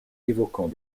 évoquant